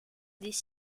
des